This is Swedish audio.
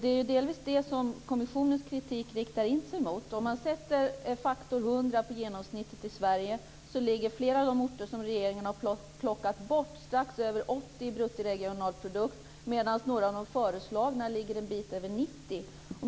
Det är delvis det som kommissionens kritik riktar in sig på. Om man sätter faktor 100 på genomsnittet i Sverige, så ligger flera av de orter som regeringen har plockat bort strax över 80 i bruttoregionalprodukt, medan några av de föreslagna ligger en bit över 90.